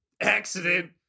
accident